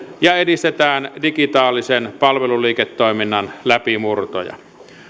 ja edistetään digitaalisen palveluliiketoiminnan läpimurtoja